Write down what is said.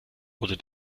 oder